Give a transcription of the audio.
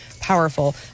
powerful